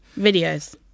Videos